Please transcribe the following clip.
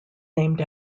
named